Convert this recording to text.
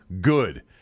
good